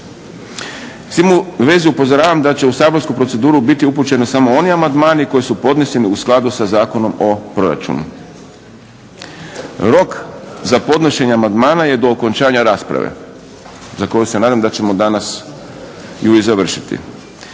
S tim u vezi upozoravam da će u saborsku proceduru biti upućena samo oni amandmani koji su podneseni u skladu sa Zakonom o proračunu. Rok za podnošenje amandmana je do okončanja rasprave, za koju se nadam da ćemo danas ju i završiti.